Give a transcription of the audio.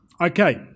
Okay